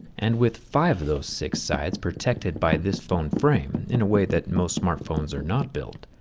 and with five of those six sides protected by this phone frame in a way that most smartphones are not built,